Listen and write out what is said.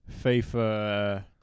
FIFA